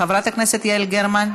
חברת הכנסת יעל גרמן,